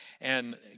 and